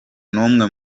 n’umwe